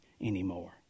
anymore